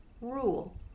rule